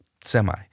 semi